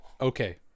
Okay